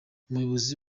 umuyobozi